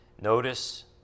Notice